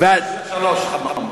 שלוש חממות.